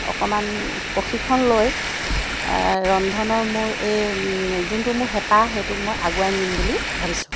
অকণমান প্ৰশিক্ষণ লৈ ৰন্ধনৰ মোৰ এই যোনটো মোৰ হেঁপাহ সেইটোক মই আগুৱাই নিম বুলি ভাবিছোঁ